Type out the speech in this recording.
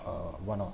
uh one or